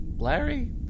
Larry